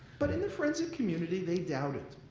but in the forensic community, they doubt it.